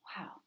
Wow